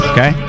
Okay